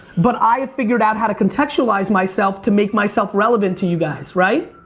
but i have figured out how to contextualize myself to make myself relevant to you guys, right?